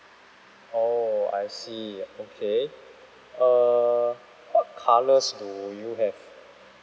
oh I see okay err what colours do you have